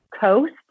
coast